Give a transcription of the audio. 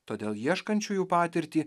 todėl ieškančiųjų patirtį